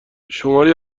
شماری